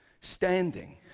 standing